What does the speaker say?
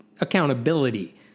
accountability